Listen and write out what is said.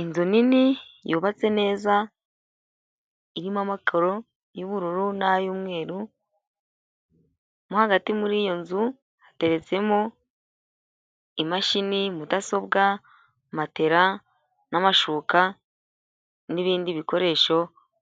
Inzu nini yubatse neza irimo amokoro y'ubururu n'ay'umweru mo hagati muri iyo nzu hateretsemo imashini mudasobwa, matela n'amashuka n'ibindi bikoresho